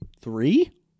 three